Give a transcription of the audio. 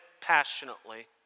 passionately